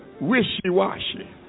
wishy-washy